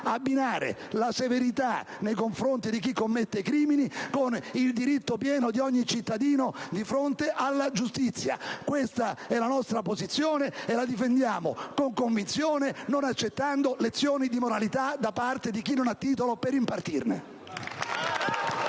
abbinare la severità nei confronti di chi commette crimini con il diritto pieno di ogni cittadino di fronte alla giustizia. Questa è la nostra posizione e la difendiamo con convinzione, non accettando lezioni di moralità da parte di chi non ha titolo per impartirne.